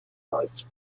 life